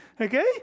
okay